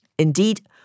Indeed